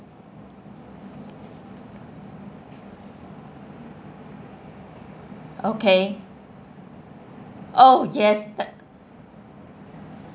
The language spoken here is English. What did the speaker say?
okay oh yes